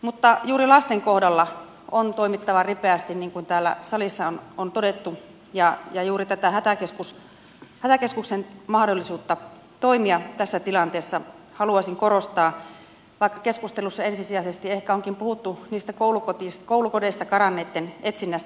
mutta juuri lasten kohdalla on toimittava ripeästi niin kuin täällä salissa on todettu ja juuri tätä hätäkeskuksen mahdollisuutta toimia tässä tilanteessa haluaisin korostaa vaikka keskustelussa ensisijaisesti ehkä onkin puhuttu niistä koulukodeista karanneitten etsinnästä